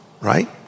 Right